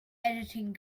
editing